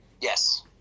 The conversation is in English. Yes